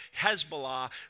Hezbollah